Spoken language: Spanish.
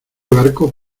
barco